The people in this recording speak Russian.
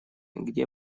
где